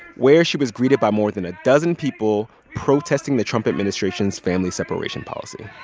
where she was greeted by more than a dozen people protesting the trump administration's family separation policy